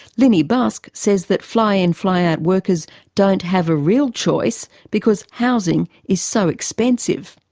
lynnie busk says that fly-in fly-out workers don't have a real choice, because housing is so expensive.